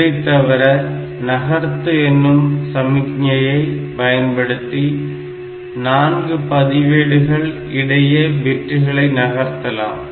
இதைத்தவிர நகர்த்து எனும் சமிக்ஞையை பயன்படுத்தி 4 பதிவேடுகள் இடையே பிட்களை நகர்த்தலாம்